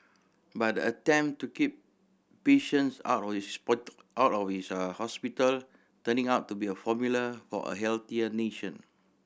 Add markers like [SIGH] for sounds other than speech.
but the attempt to keep patients out of [UNINTELLIGIBLE] out of is a hospital turning out to be a formula for a healthier nation